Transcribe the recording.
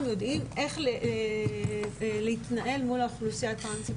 יודעים איך להתנהל מול האוכלוסייה הטרנסית,